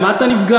ממה אתה נפגע?